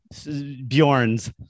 Bjorns